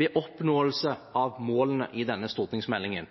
ved oppnåelse av målene i denne stortingsmeldingen.